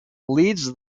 leads